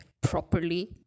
properly